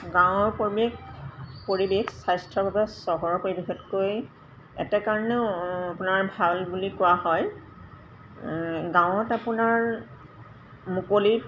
গাঁৱৰ পৰিৱেশ পৰিৱেশ স্বাস্থ্যৰ বাবে চহৰৰ পৰিৱেশকৈ এটা কাৰণেও আপোনাৰ ভাল বুলি কোৱা হয় গাঁৱত আপোনাৰ মুকলি